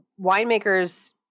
winemakers